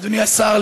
אדוני השר,